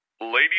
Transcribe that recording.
Ladies